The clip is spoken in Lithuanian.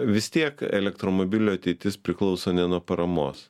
vis tiek elektromobilių ateitis priklauso ne nuo paramos